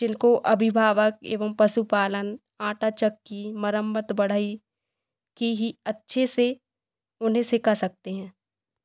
जिनको अभिभावक एवं पशुपालन आटा चक्की मरम्मत बढ़ई की ही अच्छे से उन्हें सिखा सकते हैं